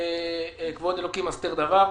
כבוד אלוקים הסתר דבר,